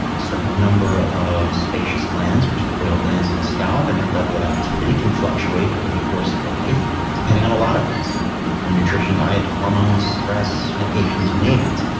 certain number of sebaceous glands, which are the oil glands on the scalp, and their level of activity can fluctuate over the course of your life depending on a lot of things from nutrition, diet, to hormones, stress, medications you name it.